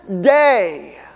day